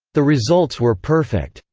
the results were perfect.